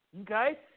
Okay